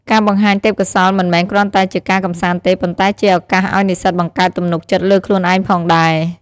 ការបង្ហាញទេពកោសល្យមិនមែនគ្រាន់តែជាការកំសាន្តទេ ប៉ុន្តែជាឱកាសឲ្យនិស្សិតបង្កើតទំនុកចិត្តលើខ្លួនឯងផងដែរ។